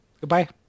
Goodbye